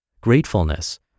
gratefulness